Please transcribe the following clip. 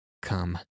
Come